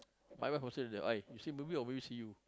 my wife will say to me !oi! you see movie or movie see you